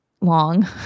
long